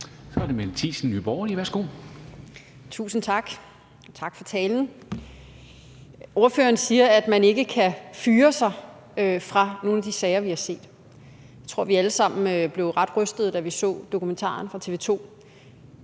11:36 Mette Thiesen (NB): Tusind tak, og tak for talen. Ordføreren siger, at man ikke kan fyre sig fra nogen af de sager, vi har set. Jeg tror, vi alle sammen blev ret rystet, da vi så dokumentaren på TV 2.